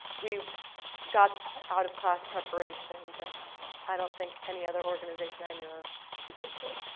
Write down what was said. we got out of class preparation that i don't think any other organization i knew of could give me.